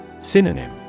Synonym